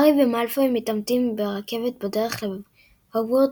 הארי ומאלפוי מתעמתים ברכבת בדרך להוגוורטס,